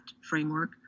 framework